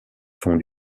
font